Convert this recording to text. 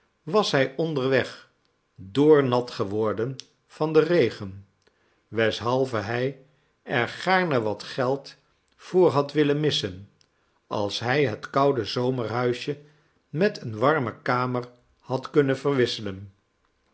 was hij onderweg doornat geworden van den regen weshalve hij er gaarne wat geld voor had willen missen als hij het koude zomerhuisje met eene warme kamer had kunnen verwisselen